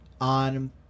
on